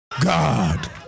God